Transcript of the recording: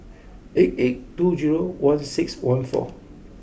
eight eight two zero one six one four